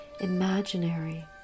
imaginary